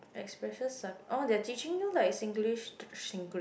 expresses some oh they're teaching you like Singlish